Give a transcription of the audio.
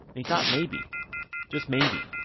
he thought, maybe just maybe,